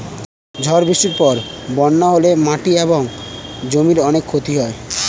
ঝড় বৃষ্টির পরে বন্যা হলে মাটি এবং জমির অনেক ক্ষতি হয়